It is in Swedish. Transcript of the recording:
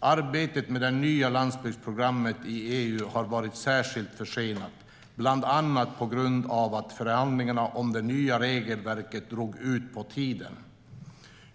Arbetet med de nya landsbygdsprogrammen i EU har varit särskilt försenat, bland annat på grund av att förhandlingarna om de nya regelverken drog ut på tiden.